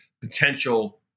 potential